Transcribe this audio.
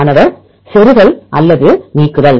மாணவர் செருகல் அல்லது நீக்குதல்